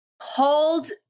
hold